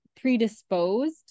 predisposed